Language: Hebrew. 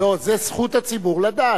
זה זכות הציבור לדעת.